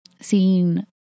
Seeing